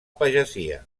pagesia